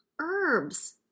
herbs